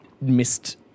missed